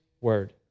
word